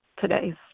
today's